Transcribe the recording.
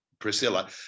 Priscilla